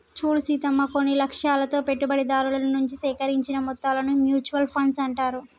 చూడు సీతమ్మ కొన్ని లక్ష్యాలతో పెట్టుబడిదారుల నుంచి సేకరించిన మొత్తాలను మ్యూచువల్ ఫండ్స్ అంటారు